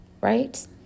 right